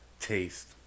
Taste